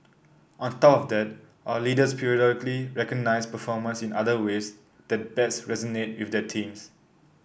on top of that our leaders periodically recognise performance in other ways that best resonate with their teams